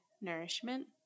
nourishment